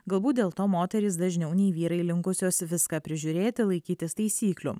galbūt dėl to moterys dažniau nei vyrai linkusios viską prižiūrėti laikytis taisyklių